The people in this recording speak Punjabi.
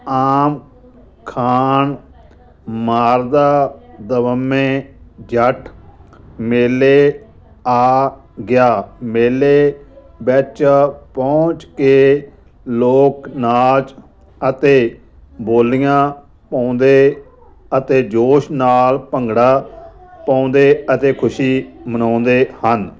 ਆਮ ਅਖਾਣ ਮਾਰਦਾ ਦਮਾਮੇ ਜੱਟ ਮੇਲੇ ਆ ਗਿਆ ਮੇਲੇ ਵਿੱਚ ਪਹੁੰਚ ਕੇ ਲੋਕ ਨਾਚ ਅਤੇ ਬੋਲੀਆਂ ਪਾਉਂਦੇ ਅਤੇ ਜੋਸ਼ ਨਾਲ ਭੰਗੜਾ ਪਾਉਂਦੇ ਅਤੇ ਖੁਸ਼ੀ ਮਨਾਉਂਦੇ ਹਨ